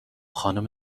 خانوم